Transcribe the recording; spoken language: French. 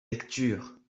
lectures